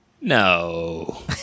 No